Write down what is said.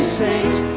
saints